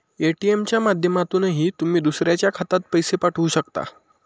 ATM च्या माध्यमातूनही तुम्ही दुसऱ्याच्या खात्यात पैसे पाठवू शकता